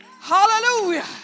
Hallelujah